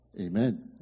Amen